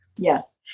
Yes